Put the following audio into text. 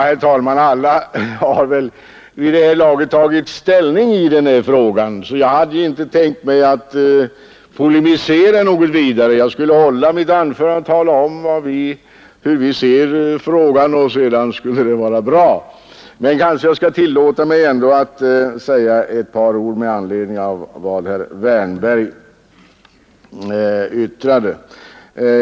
Herr talman! Alla har väl vid det här laget tagit ställning i denna fråga, och jag hade därför inte tänkt polemisera särskilt mycket. Jag skulle i mitt anförande nöja mig med att tala om hur vi ser på denna fråga. Men kanske skall jag ändå tillåta mig att säga några ord med anledning av vad herr Wärnberg yttrade.